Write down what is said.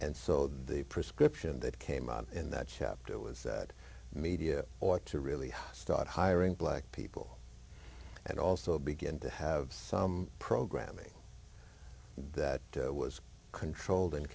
and so the prescription that came out in that chapter was that media ought to really start hiring black people and also begin to have some programming that was controlled and